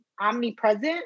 omnipresent